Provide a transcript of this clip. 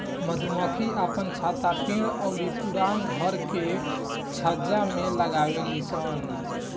मधुमक्खी आपन छत्ता पेड़ अउरी पुराना घर के छज्जा में लगावे लिसन